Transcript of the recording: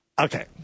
Okay